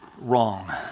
wrong